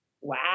wow